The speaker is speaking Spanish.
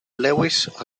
lewis